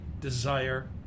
desire